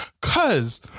cause